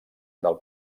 del